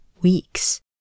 weeks